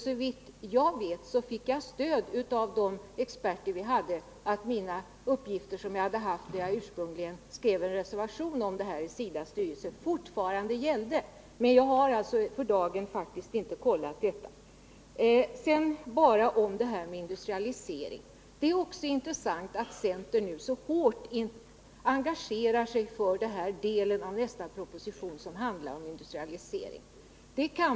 Såvitt jag förstår fick jag stöd av experterna att de uppgifter som jag hade när jag ursprungligen skrev en reservation om detta i SIDA:s styrelse fortfarande gällde. Men jag har faktiskt för dagen inte kontrollerat om de fortfarande gäller. Det är också intressant att centern så hårt engagerar sig i den del av nästa proposition som handlar om industrialisering.